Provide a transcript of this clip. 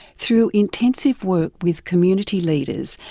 through intensive work with community leaders,